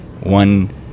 One